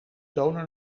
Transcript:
toner